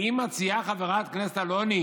האם מציעה חברת הכנסת אלוני